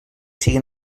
sigui